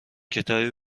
کتابی